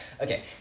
Okay